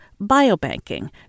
biobanking